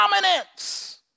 dominance